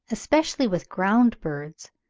especially with ground birds,